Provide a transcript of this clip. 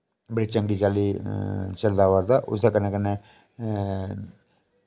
बड़ी चंगी चाल्ली चलदा वल्दा उसदे कन्नै कन्नै